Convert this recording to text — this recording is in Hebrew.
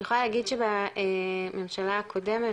אני יכולה להגיד שבממשלה הקודמת,